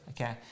Okay